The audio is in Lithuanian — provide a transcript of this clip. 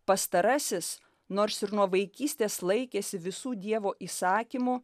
pastarasis nors ir nuo vaikystės laikėsi visų dievo įsakymų